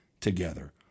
together